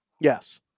Yes